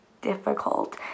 difficult